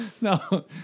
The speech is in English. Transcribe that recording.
No